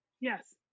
Yes